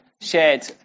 shared